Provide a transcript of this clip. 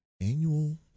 Annual